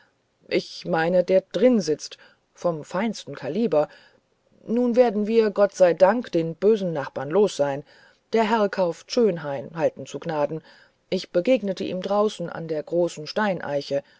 ich meine der drin sitzt vom feinsten kaliber f f nun werden wir gott sei dank den bösen nachbar los der herr kauft schönhain halten zu gnaden ich begegnete ihm draußen an der großen steineiche